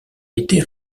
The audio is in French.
était